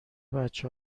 بچه